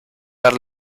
ver